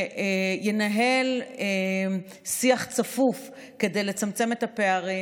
שינהל שיח צפוף כדי לצמצם את הפערים,